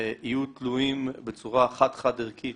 יהיו תלויים בצורה חד-חד ערכית